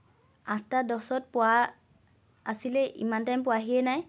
আঠটা দহত পোৱা আছিলে ইমান টাইম পোৱাহিয়েই নাই